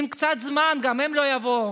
ועם קצת זמן גם הם לא יבואו.